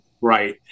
right